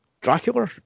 Dracula